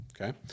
Okay